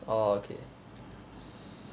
orh okay